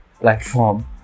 platform